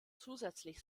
zusätzlich